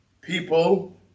people